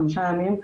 חמישה ימים,